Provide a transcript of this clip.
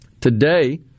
today